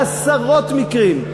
עשרות מקרים,